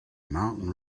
mountain